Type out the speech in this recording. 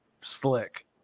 slick